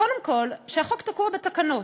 קודם כול, החוק תקוע בתקנות,